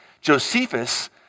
Josephus